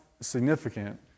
significant